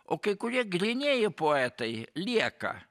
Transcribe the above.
o kai kurie grynieji poetai lieka